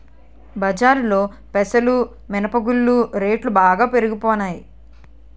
బజారులో పెసలు మినప గుళ్ళు రేట్లు బాగా పెరిగిపోనాయి